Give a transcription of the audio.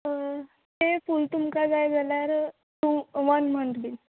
तें फूल तुमकां जाय जाल्यार टू वन मन्त बीन